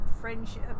friendship